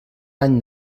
any